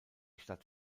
stadt